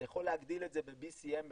אתה יכול להגדיל את זה ב-BCM בשנה.